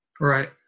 right